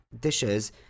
dishes